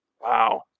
wow